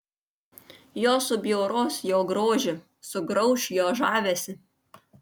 jos subjauros jo grožį sugrauš jo žavesį